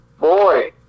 Boy